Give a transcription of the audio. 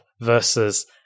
versus